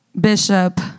Bishop